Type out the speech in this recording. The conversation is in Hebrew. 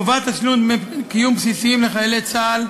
חובת תשלום דמי קיום בסיסיים לחיילי צה"ל,